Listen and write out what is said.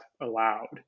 allowed